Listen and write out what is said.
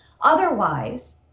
otherwise